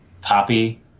poppy